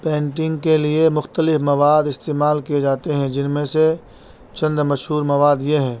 painting کے لیے مختلف مواد استعمال کیے جاتے ہیں جن میں سے چند مشہور مواد یہ ہیں